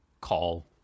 call